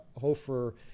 hofer